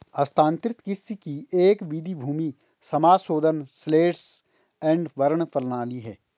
स्थानांतरित कृषि की एक विधि भूमि समाशोधन स्लैश एंड बर्न प्रणाली है